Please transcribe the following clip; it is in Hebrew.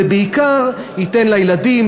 ובעיקר ייתן לילדים,